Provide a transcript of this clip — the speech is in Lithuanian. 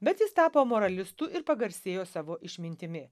bet jis tapo moralistu ir pagarsėjo savo išmintimi